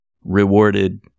rewarded